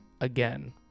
again